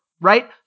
right